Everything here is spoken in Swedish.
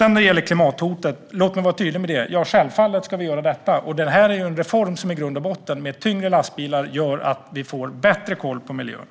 Låt mig vara tydlig när det gäller klimathotet. Självfallet ska vi göra detta. Detta med tyngre lastbilar är en reform som i grund och botten gör att vi får bättre koll på miljön.